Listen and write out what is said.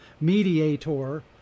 mediator